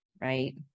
right